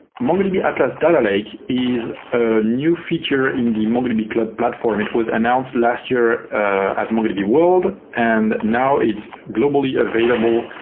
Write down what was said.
mongodb yeah atlas data lake is a new feature in the mongodb platform. it was announced last year at mongodb world and now it's globally available